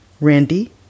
Randy